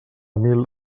mil